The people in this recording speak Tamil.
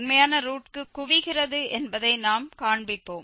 உண்மையான ரூட்க்கு குவிகிறது என்பதை நாம் காண்பிப்போம்